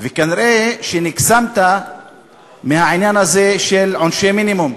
וכנראה שהוקסמת מהעניין הזה של עונשי מינימום,